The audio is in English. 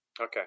Okay